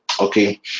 okay